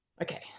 Okay